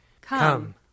Come